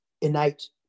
innate